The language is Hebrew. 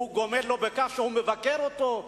הוא גומל לו בכך שהוא מבקר אותו,